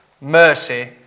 mercy